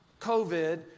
COVID